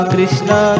Krishna